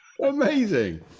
amazing